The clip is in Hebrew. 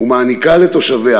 ומעניקה לתושביה